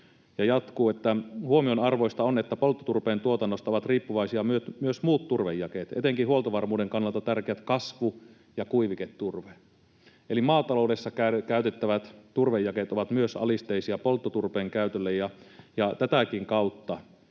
huomionarvoista on, että polttoturpeen tuotannosta ovat riippuvaisia myös muut turvejakeet, etenkin huoltovarmuuden kannalta tärkeät kasvu‑ ja kuiviketurve. Eli maataloudessa käytettävät turvejakeet ovat myös alisteisia polttoturpeen käytölle, ja tätäkin kautta